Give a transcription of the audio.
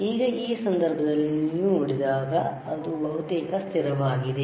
ಈಗ ಈ ಸಂದರ್ಭದಲ್ಲಿ ನೀವು ನೋಡಿದಾಗ ಅದು ಬಹುತೇಕ ಸ್ಥಿರವಾಗಿದೆ